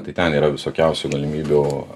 tai ten yra visokiausių galimybių